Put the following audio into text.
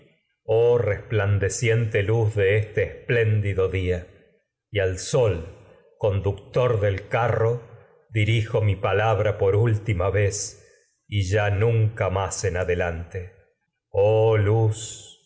oh resplandeciente luz de este esplén dido día y al sol conductor del carro dirijo mi palabra por última vez y ya nunca más en adelante oh luz